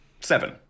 seven